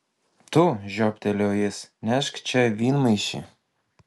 tu žioptelėjo jis nešk čia vynmaišį